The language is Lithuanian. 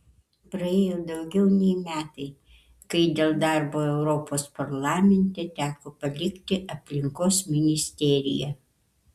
praėjo daugiau nei metai kai dėl darbo europos parlamente teko palikti aplinkos ministeriją